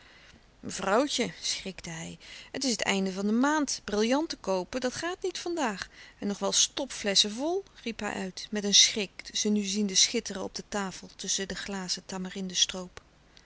mevrouwtje schrikte hij het is het einde van de maand brillanten koopen dat gaat niet van daag en nog wel stopflesschen vol riep hij uit met een schrik ze nu ziende schitteren op de tafel tusschen de glazen tamarinde stroop louis couperus de stille